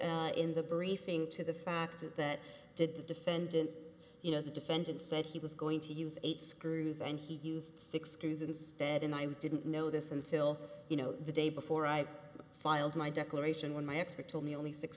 in the briefing to the fact that did the defendant you know the defendant said he was going to use eight screws and he used six screws instead and i didn't know this until you know the day before i filed my declaration when my expert to me only six